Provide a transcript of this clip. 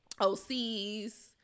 OCs